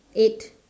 eight